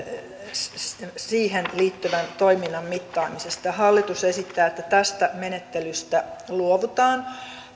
siihen liittyvän toiminnan mittaamisesta hallitus esittää että tästä menettelystä luovutaan